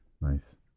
Nice